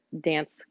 dance